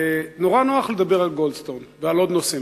נורא נוח לדבר על גולדסטון ועל עוד נושאים,